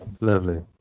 Lovely